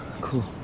cool